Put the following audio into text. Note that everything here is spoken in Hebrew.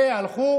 והלכו